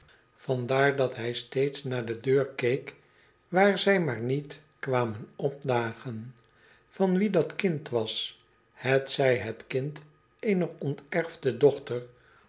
vandaar dat hij steeds naar de deur keek waar zy maar niet kwamen opdagen van wien dat kind was hetzij het kind eener onterfde dochter